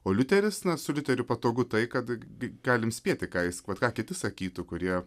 o liuteris na su liuteriu patogu tai kada gi galime spėti vat ką kiti sakytų kurie